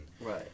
Right